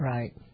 Right